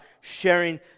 sharing